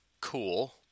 cool